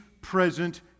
present